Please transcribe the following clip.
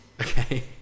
Okay